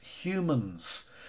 humans